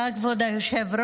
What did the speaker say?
תודה, כבוד היושב-ראש.